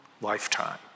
lifetime